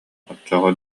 оччоҕо